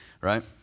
right